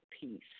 Peace